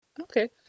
okay